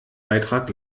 beitrag